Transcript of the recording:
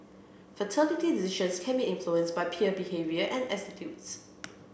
fertility decisions can be influenced by peer behaviour and attitudes